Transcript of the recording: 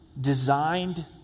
designed